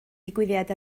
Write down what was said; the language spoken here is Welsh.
digwyddiad